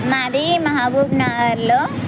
నాది మహబూబ్నగర్లో